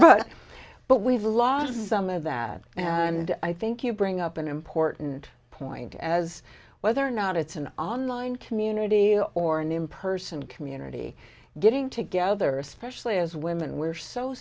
good but we've lost some of that and i think you bring up an important point as whether or not it's an online community or an impersonal community getting together especially as women we're so